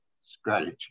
strategy